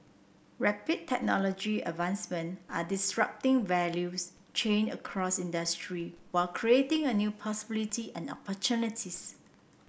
rapid technology advancement are disrupting values chain across industry while creating a new possibility and opportunities